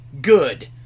good